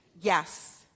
yes